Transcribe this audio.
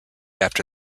after